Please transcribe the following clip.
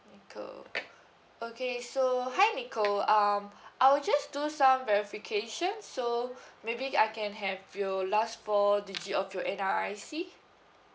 nicole okay so hi nicole um I'll just do some verification so maybe I can have your last four digit of your N_R_I_C